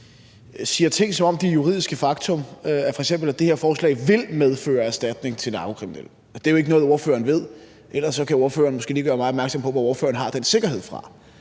siger ting, som om de er juridiske fakta, f.eks. at det her forslag vil medføre erstatning til narkokriminelle. Det er jo ikke noget, ordføreren ved. Ellers kan ordføreren måske lige gøre mig opmærksom på, hvor ordføreren har den sikkerhed fra.